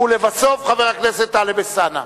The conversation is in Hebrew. ולבסוף, חבר הכנסת טלב אלסאנע.